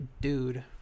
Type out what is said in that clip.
dude